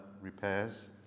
repairs